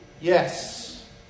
Yes